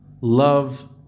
love